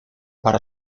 para